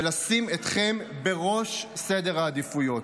ולשים אתכם בראש סדר העדיפויות.